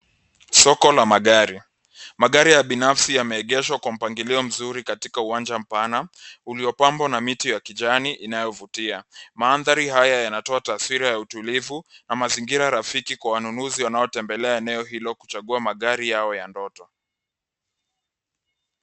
Soko la magari. Magari ya binafsi yameegeshwa kwa mpangilio mzuri katika uwanja mpana uliopambwa na miti ya kijani inayovutia. Mandhari haya yanatoa taswira ya utulivu na mazingira rafiki kwa wanunuzi wanaotembelea eneo hilo kuchagua magari yao ya ndoto.